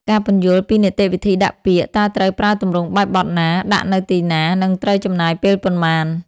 ការពន្យល់ពីនីតិវិធីដាក់ពាក្យ តើត្រូវប្រើទម្រង់បែបបទណា ដាក់នៅទីណា និងត្រូវចំណាយពេលប៉ុន្មាន។